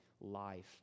life